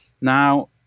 Now